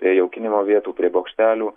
prie jaukinimo vietų prie bokštelių